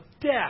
death